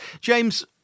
James